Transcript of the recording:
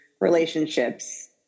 relationships